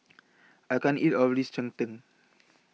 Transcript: I can't eat All of This Cheng Tng